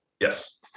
yes